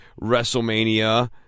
WrestleMania